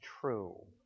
true